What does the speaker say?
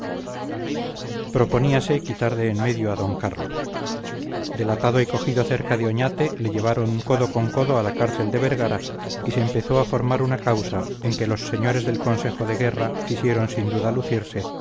baratijas proponíase quitar de en medio a d carlos delatado y cogido cerca de oñate le llevaron codo con codo a la cárcel de vergara y se empezó a formar una causa en que los señores del consejo de guerra quisieron sin duda lucirse